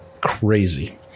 crazy